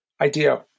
idea